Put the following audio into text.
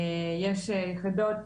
יש יחידות,